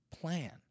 plan